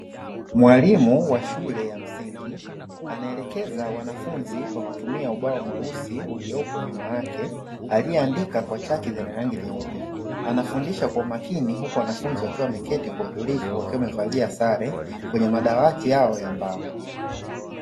Mwalimu wa shule ya msingi, anaelekeza wanafunzi kwa kutumia ubao mweusi uliopo nyuma yake alioandika kwa chaki zenye rangi nyeupe, anafundisha kwa umakini huku wanafunzi wakiwa wameketi kwa utulivu wakiwa wamevalia sale kwenye madawati yao ya mbao.